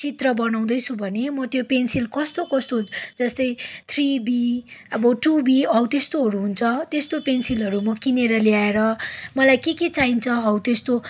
चित्र बनाउँदैछु भने म त्यो पेन्सिल कस्तो कस्तो जस्तै थ्री बी अब टु बी हौ त्यस्तोहरू हुन्छ त्यस्तो पेन्सिलहरू म किनेर ल्याएर मलाई के के चाहिन्छ हौ त्यो